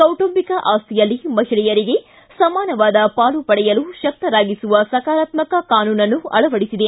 ಕೌಟುಂಬಿಕ ಆಸ್ತಿಯಲ್ಲಿ ಮಹಿಳೆಯರಿಗೆ ಸಮಾನವಾದ ಪಾಲು ಪಡೆಯಲು ಶಕ್ತರಾಗಿಸುವ ಸಕಾರಾತ್ನಕ ಕಾನೂನನ್ನು ಅಳವಡಿಸಿದೆ